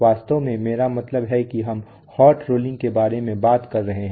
वास्तव में मेरा मतलब है कि हम हॉट रोलिंग के बारे में बात कर रहे हैं